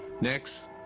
Next